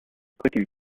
clicking